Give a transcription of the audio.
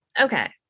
Okay